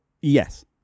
Yes